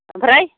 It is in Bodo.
ओमफ्राय